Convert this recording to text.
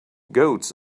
goats